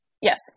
Yes